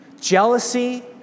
Jealousy